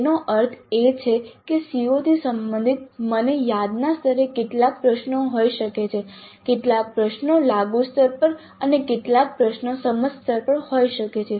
તેનો અર્થ એ છે કે તે CO થી સંબંધિત મને યાદના સ્તરે કેટલાક પ્રશ્નો હોઈ શકે છે કેટલાક પ્રશ્નો લાગુ સ્તર પર અને કેટલાક પ્રશ્નો સમજ સ્તર પર પણ હોઈ શકે છે